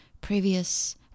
previous